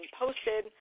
posted